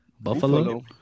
Buffalo